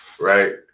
right